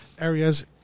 areas